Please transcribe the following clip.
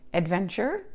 adventure